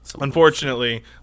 Unfortunately